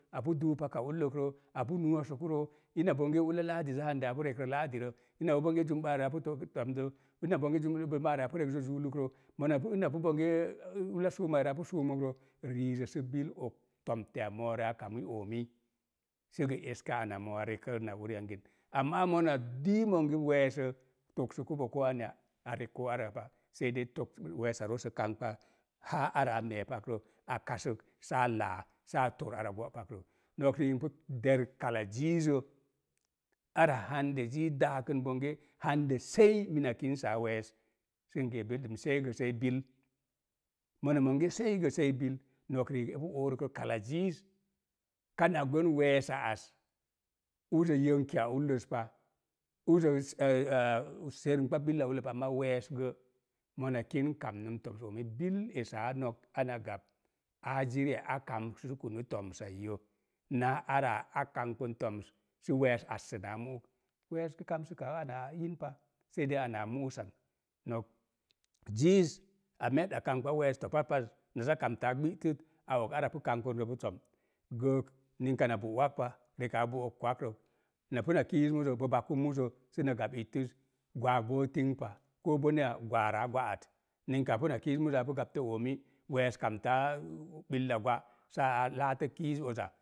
Apu duuk paka ullokrə, apu no̱o̱sukurə, ina bonge ulla laadizə hande apu rekra laadirə, ina bonge jumbaare apu, ina bange jumbaare apu rekrə juulukrə, ina pu bonge ulla suumai a na pu su suuruk rə, riiza sə bil og tomteya mo̱o̱rə a kami oomii səgə eska ana mo̱o̱rə rekarə na uri yangii, amma mona dii monge we̱e̱sə togsubo kou anya, a rek koo ar pa, sei dei tog, we̱e̱sa roosə kamkpa haa ara a me̱e̱ paarə, a kasək, sə a lāǎ, sə a tor ara go̱ pairə. No̱k riik npu dok kala ziizə a hande ziiz daakən bange hande sei mina kinsaa we̱e̱s sən gee belɗum, sei gə, sei bil. No̱k riik npu oorukrə kala ziiz kanaa gwen we̱e̱sa as uzə yonkiya ulloz pa, uzə səs eeh serumkpa billa ulloz pa, amma we̱e̱s ga̱ mona kin kamnən tomsa oomis. Bil esaa no̱k ana gap aa ziriya a kamkpsukunu tomsai yə naa ara a kamkpən to̱ms sə we̱e̱s assəkaa mu'uk. We̱e̱s gə kamsəkaa ana iin pa, sei dei ana a mu'usan nok ziiz a me̱e̱ɗa kamkpa we̱e̱s topa paz na za kamtaa gbi'sət a og ara pu kamkpən dək pu som, gəək ninka na bo wak pa, rekaa bo'ok wakrə, na puna kiiz muzə, bo baku muzə səna gap ittəz, gwaak bo ting pa, koo bonnaya gwaaraa gwa'at. Ninka puna kiiz muzəapu gaptə oomi, we̱e̱s kamtaa ɓilla gwa sə a laatə kiiz oza